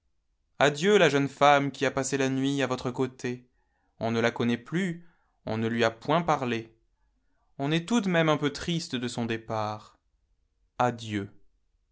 adieu la jeune femme qui a passé la nuit à votre côté on ne la connaît plus on ne lui a point parlé on est tout de même un peu triste de son départ adieu